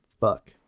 fuck